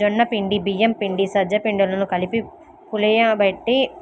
జొన్న పిండి, బియ్యం పిండి, సజ్జ పిండిలను కలిపి